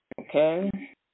Okay